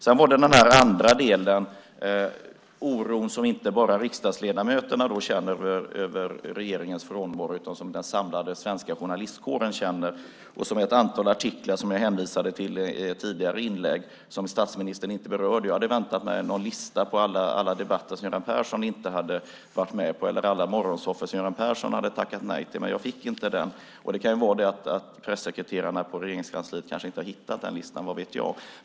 Sedan gällde det den oro som inte bara riksdagsledamöterna känner över regeringens frånvaro utan som också den samlade svenska journalistkåren känner. Jag hänvisade till ett antal artiklar i ett tidigare inlägg som statsministern inte berörde. Jag hade väntat mig någon lista på alla debatter som Göran Persson inte hade varit med i eller alla morgonsoffor som Göran Persson hade tackat nej till, men jag fick inte den. Pressekreterarna på Regeringskansliet kanske inte har hittat den listan. Vad vet jag?